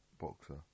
boxer